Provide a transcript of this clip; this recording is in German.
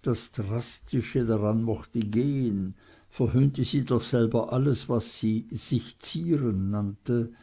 das drastische darin mochte gehen verhöhnte sie doch selber alles was sie sich zieren nannte